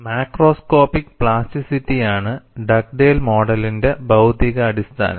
macroscopic പ്ലാസ്റ്റിറ്റിയാണ് Dugdale മോഡലിന്റെ ഭൌതിക അടിസ്ഥാനം